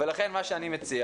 ולכן, מה שאני מציע